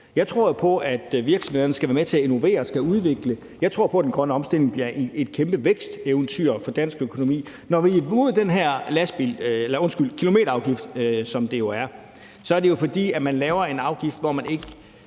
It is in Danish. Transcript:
Jeg tror jo på, at virksomhederne skal være med til at innovere og skal udvikle. Jeg tror på, at den grønne omstilling bliver et kæmpe væksteventyr for dansk økonomi. Når vi har buhet ad den her kilometerafgift, er det, fordi man laver en afgift, der jo er